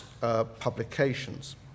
publications